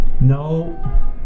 No